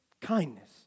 kindness